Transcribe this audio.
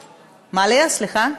מה, לאה, סליחה?